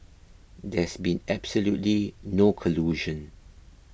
there's been absolutely no collusion